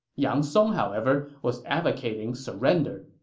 yang song, however, was advocating surrender.